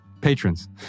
patrons